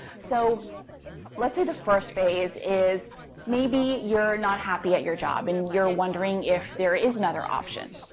so let's say the first phase is maybe you're not happy at your job, and you're wondering if there is another option.